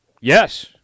Yes